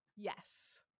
Yes